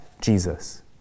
Jesus